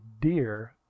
dear